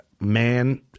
man